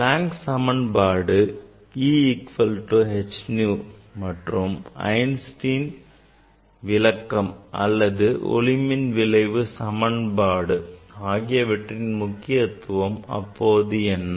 Planck's சமன்பாடு E equal to h nu மற்றும் ஐன்ஸ்டீனின் விளக்கம் அல்லது ஒளி மின் விளைவு சமன்பாடு ஆகியவற்றின் முக்கியத்துவம் அப்போது என்ன